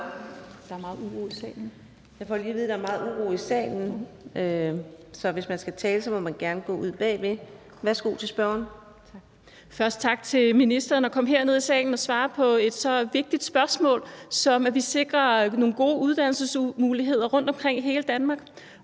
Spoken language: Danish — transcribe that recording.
Spørgeren. Jeg får lige at vide, at der er meget uro i salen. Så hvis man skal tale, må man gerne gå ud bagved. Værsgo til spørgeren. Kl. 13:44 Marlene Harpsøe (DD): Først vil jeg sige tak til ministeren for at komme herned i salen og svare på et så vigtigt spørgsmål, som at vi sikrer nogle gode uddannelsesmuligheder rundtomkring i hele Danmark.